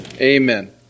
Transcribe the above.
Amen